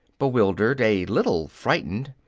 bewildered, a little frightened,